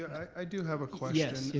i do have a question. yes,